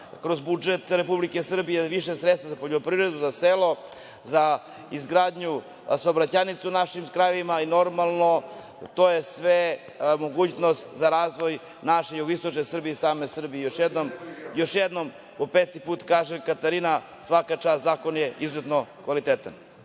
kroz budžet Republike Srbije, više sredstva za poljoprivredu, za selo, za izgradnju saobraćajnica u našim krajevima. To je sve mogućnost za razvoj naše jugoistočne Srbije i same Srbije. Još jednom, po peti put kažem, Katarina svaka čast, zakon je izuzetno kvaliteta.